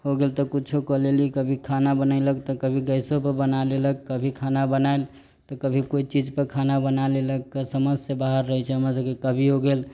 हो गेल तऽ किछो कऽ लेली कभी खाना बनेलक तऽ कभी गैसो पर बना लेलक कभी खाना बनैल तऽ कभी कोइ चीज पर खाना बना लेलक समझ से बाहर रहै छै हमर सभक कभी हो गेल